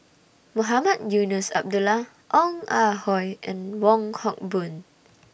Mohamed Eunos Abdullah Ong Ah Hoi and Wong Hock Boon